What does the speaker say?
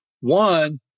One